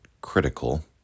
critical